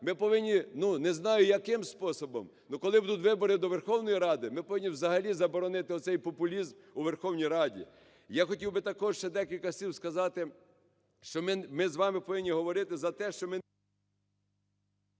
ми повинні, не знаю, яким способом, але коли будуть вибори до Верховної Ради, ми повинні взагалі заборонити оцей популізм у Верховній Раді. Я хотів також ще декілька слів сказати, що ми з вами повинні говорити за те, що ми… ГОЛОВУЮЧИЙ.